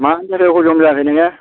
मानि थाखाय हजम जायाखै नोङो